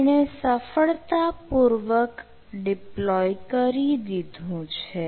એણે સફળતાપૂર્વક ડિપ્લોય કરી દીધું છે